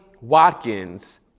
Watkins